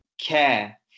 care